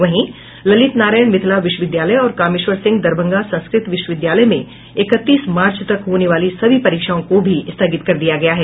वहीं ललित नारायण मिथिला विश्वविद्यालय और कामेश्वर सिंह दरभंगा संस्कृत विश्वविद्यालय मे इक्कतीस मार्च तक होने वाली सभी परीक्षाओं को भी स्थगित कर दिया गया है